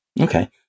Okay